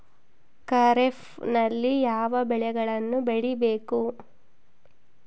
ಖಾರೇಫ್ ನಲ್ಲಿ ಯಾವ ಬೆಳೆಗಳನ್ನು ಬೆಳಿಬೇಕು?